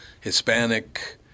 Hispanic